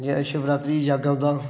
जि'यां शिवरात्रि गी जग औंदा